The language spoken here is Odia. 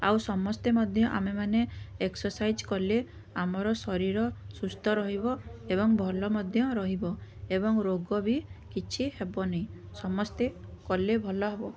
ଆଉ ସମସ୍ତେ ମଧ୍ୟ ଆମେମାନେ ଏକ୍ସାର୍ସାଇଜ୍ କଲେ ଆମର ଶରୀର ସୁସ୍ଥ ରହିବ ଏବଂ ଭଲ ମଧ୍ୟ ରହିବ ଏବଂ ରୋଗ ବି କିଛି ହେବନି ସମସ୍ତେ କଲେ ଭଲ ହେବ